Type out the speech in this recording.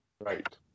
Right